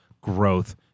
growth